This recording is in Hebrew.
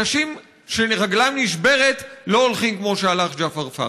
אנשים שרגלם נשברת לא הולכים כמו שהלך ג'עפר פרח.